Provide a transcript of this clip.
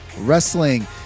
Wrestling